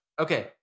Okay